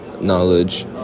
knowledge